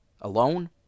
alone